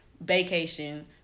vacation